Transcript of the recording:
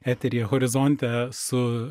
eteryje horizonte su